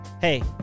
Hey